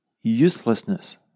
uselessness